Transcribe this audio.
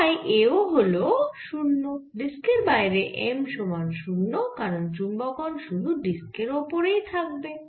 তাই এও হল শূন্য ডিস্কের বাইরে M সমান শূন্য কারণ চুম্বকন শুধু ডিস্কের ওপরেই থাকবে